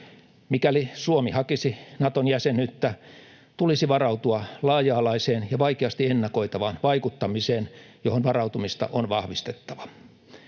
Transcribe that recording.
Mikäli Suomi hakisi Naton jäsenyyttä, tulisi varautua laaja-alaiseen ja vaikeasti ennakoitavaan vaikuttamiseen, johon varautumista on vahvistettava.